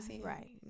right